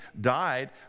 died